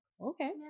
okay